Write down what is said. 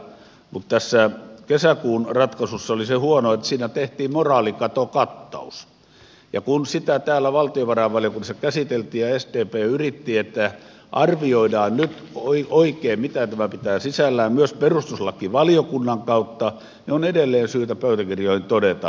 mutta tässä kesäkuun ratkaisussa oli huonoa se että siinä tehtiin moraalikatokattaus ja kun sitä täällä valtiovarainvaliokunnassa käsiteltiin ja sdp yritti sitä että arvioidaan nyt mitä tämä pitää sisällään myös perustuslakivaliokunnan kautta niin on edelleen syytä pöytäkirjoihin todeta